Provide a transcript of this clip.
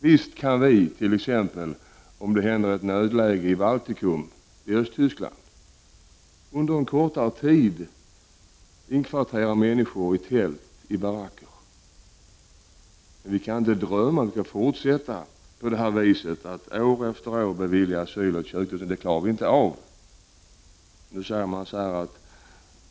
Visst kan vi, t.ex. om det blir ett nödläge i Baltikum eller Östtyskland, under en kortare tid inkvartera människor i tält och baracker, men vi kan inte drömma om att fortsätta att år efter år bevilja asyl åt 20 000. Det klarar vi helt enkelt inte av.